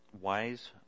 wise